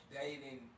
dating